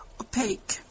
opaque